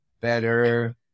better